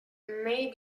may